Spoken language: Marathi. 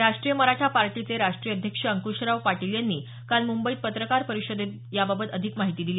राष्ट्रीय मराठा पार्टीचे राष्ट्रीय अध्यक्ष अंकूशराव पाटील यांनी काल मुंबईत पत्रकार परिषदेत याबाबत अधिक माहिती दिली